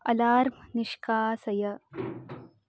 alarm निष्कासय